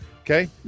okay